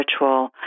ritual